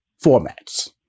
formats